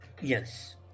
Yes